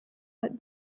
but